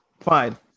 fine